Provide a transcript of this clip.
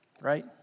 right